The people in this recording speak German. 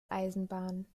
eisenbahn